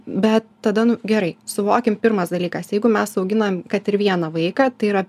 bet tada nu gerai suvokim pirmas dalykas jeigu mes auginam kad ir vieną vaiką tai yra